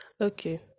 Okay